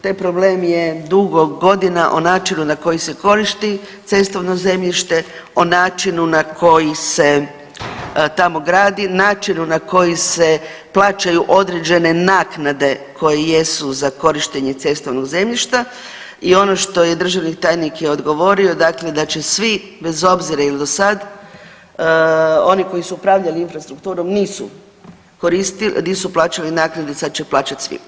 Taj problem je dugo godina o načinu na koji se koristi cestovno zemljište, o načinu na koji se tamo gradi, načinu na koji se plaćaju određene naknade koje jesu za korištenje cestovnog zemljišta i ono što je državni tajnik i odgovorio dakle da će svi bez obzira jel dosad oni koji su upravljali infrastrukturom nisu koristili, nisu plaćali naknade sad će plaćat svi.